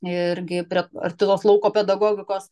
irgi prie arti tos lauko pedagogikos